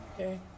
Okay